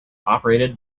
operated